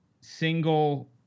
single